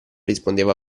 rispondeva